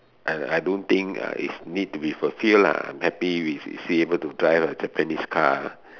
and I don't think uh is need to be fulfilled lah I'm happy with be able to drive a Japanese car